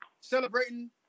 celebrating